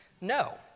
No